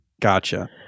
Gotcha